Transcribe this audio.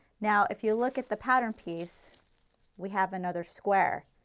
now if you look at the pattern piece we have another square.